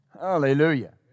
Hallelujah